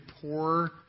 poor